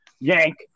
yank